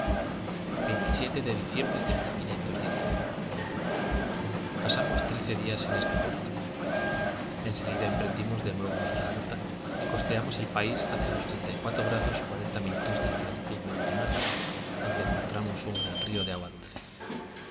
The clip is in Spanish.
de diciembre de pasamos trece días en este puerto en seguida emprendimos de nuevo nuestra ruta y costeamos el país hasta los treinta y cuatro grados cuarenta minutos de latitud meridional donde encontramos un gran río de agua dulce